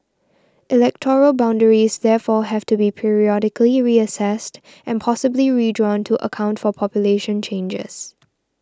electoral boundaries therefore have to be periodically reassessed and possibly redrawn to account for population changes